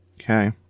okay